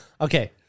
Okay